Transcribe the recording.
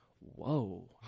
whoa